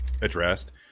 addressed